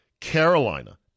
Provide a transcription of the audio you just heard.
Carolina